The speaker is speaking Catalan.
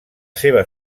seva